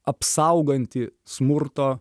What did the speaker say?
apsauganti smurto